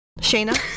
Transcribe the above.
Shayna